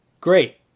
Great